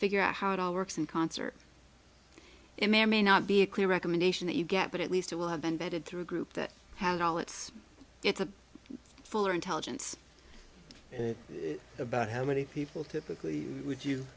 figure out how it all works in concert it may or may not be a clear recommendation that you get but at least it will have been vetted through a group that had all its its a fuller intelligence about how many people typically would you